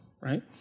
right